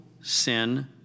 sin